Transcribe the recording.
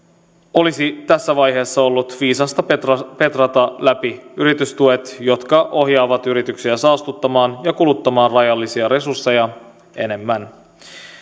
olisi tässä vaiheessa ollut viisasta perata perata läpi yritystuet jotka ohjaavat yrityksiä saastuttamaan ja kuluttamaan rajallisia resursseja enemmän